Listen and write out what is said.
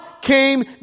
came